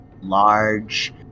large